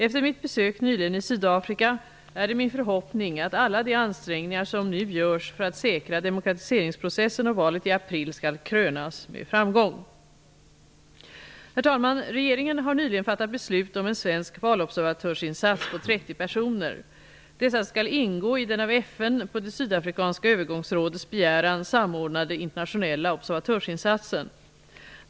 Efter mitt besök nyligen i Sydafrika är det min förhoppning att alla de ansträngningar som nu görs för att säkra demokratiseringsprocessen och valet i april skall krönas med framgång. Regeringen har nyligen fattat beslut om en svensk valobservatörsinsats på 30 personer. Dessa skall ingå i den av FN på det sydafrikanska övergångsrådets begäran samordnade internationella observatörsinsatsen.